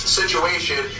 situation